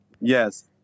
Yes